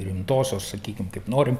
rimtosios sakykim kaip norim